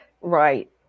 Right